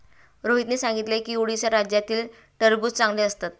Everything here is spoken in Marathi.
रोहितने सांगितले की उडीसा राज्यातील टरबूज चांगले असतात